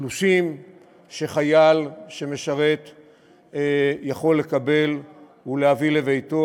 תלושים שחייל שמשרת יכול לקבל ולהביא לביתו,